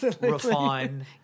refine